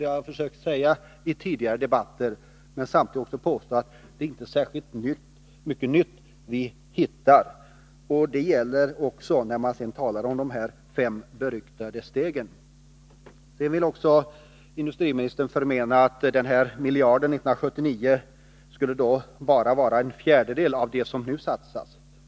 Det har jag försökt säga i tidigare inlägg och samtidigt påvisa att det inte är särskilt mycket nytt vi nu hittar. Det gäller också de fem beryktade stegen. Industriministern menar att miljarden 1979 bara skulle vara en fjärdedel av det som nu satsas.